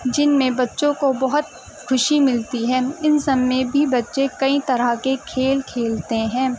جن میں بچوں کو بہت خوشی ملتی ہے ان سب میں بھی بچے کئی طرح کے کھیل کھیلتے ہیں